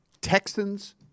Texans